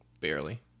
Barely